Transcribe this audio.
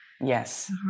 Yes